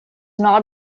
not